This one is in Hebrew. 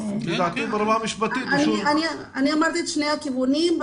אני אמרתי את שני הכיוונים.